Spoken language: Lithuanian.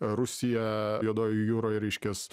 rusija juodojoj jūroj reiškias